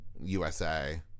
USA